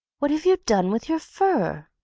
what have you done with your fur?